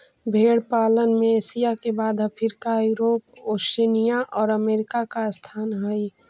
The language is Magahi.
भेंड़ पालन में एशिया के बाद अफ्रीका, यूरोप, ओशिनिया और अमेरिका का स्थान हई